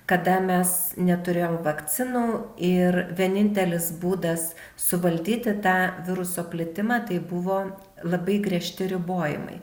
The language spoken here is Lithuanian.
kada mes neturėjom vakcinų ir vienintelis būdas suvaldyti tą viruso plitimą tai buvo labai griežti ribojimai